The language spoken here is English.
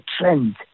trend